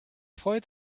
freut